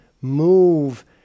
move